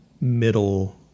middle